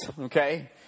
okay